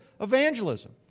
evangelism